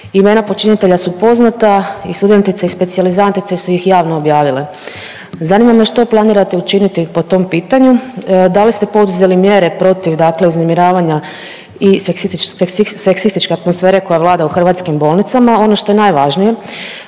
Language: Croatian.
Imena počinitelja su poznata, i studentice i specijalizantice su ih javno objavile. Zanima me što planirate učiniti po tom pitanju. Da li ste poduzeli mjere protiv dakle uznemiravanja i seksističke atmosfere koja vlada u hrvatskim bolnicama? Ono što je najvažnije,